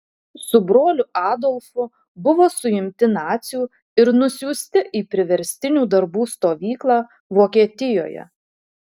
su broliu adolfu buvo suimti nacių ir nusiųsti į priverstinių darbų stovyklą vokietijoje